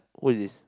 who is this